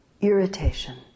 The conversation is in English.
irritation